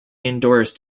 endorsed